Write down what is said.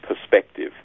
perspective